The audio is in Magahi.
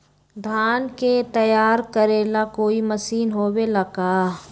धान के तैयार करेला कोई मशीन होबेला का?